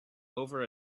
over